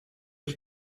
els